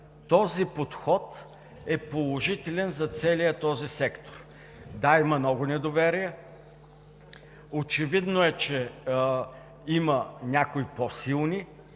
този подход е положителен за целия сектор. Да, има много недоверие. Очевидно е, че има някои по-силни,